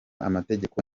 amategeko